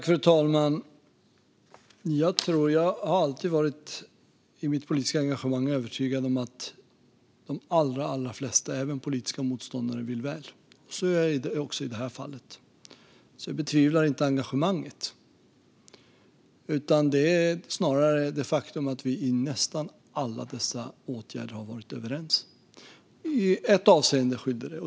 Fru talman! Jag har alltid i mitt politiska engagemang varit övertygad om att de allra flesta, även politiska motståndare, vill väl. Så är det också i det här fallet. Jag betvivlar inte engagemanget. Det är snarare ett faktum att vi i nästan alla dessa åtgärder har varit överens. I ett avseende skilde det.